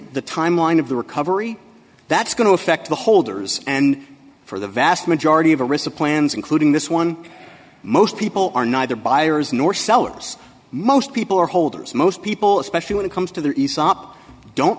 the timeline of the recovery that's going to affect the holders and for the vast majority of the risk of plans including this one most people are neither buyers nor sellers most people are holders most people especially when it comes to the